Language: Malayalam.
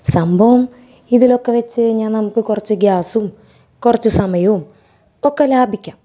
സംഭവം ഇതിലൊക്കെ വച്ച് കഴിഞ്ഞാൽ നമുക്ക് കുറച്ച് ഗ്യാസും കുറച്ച് സമയോം ഒക്കെ ലാഭിക്കാം